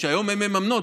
שהיום הן מממנות,